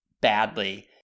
badly